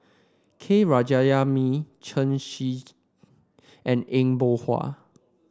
K Jayamani Chen Shiji and Eng Boh